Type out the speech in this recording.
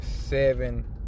Seven